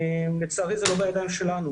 לצערי, זה לא בידיים שלנו.